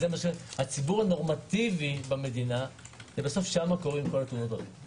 מדובר בציבור הנורמטיבי במדינה - שם קורות כל תאונות הדרכים.